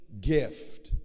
gift